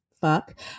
fuck